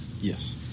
Yes